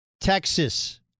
Texas